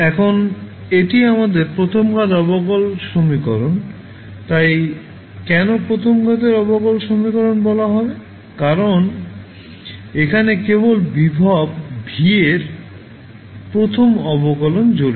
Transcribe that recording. এখন এটি আমাদের প্রথম ঘাত অবকল সমীকরণ তাই কেন প্রথম ঘাতের অবকল সমীকরণ বলা হবে কারণ এখানে কেবল ভোল্টেজ V এর প্রথম অবকলন জড়িত